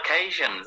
occasions